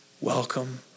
welcome